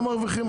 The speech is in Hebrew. אתם מרוויחים.